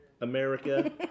America